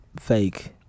fake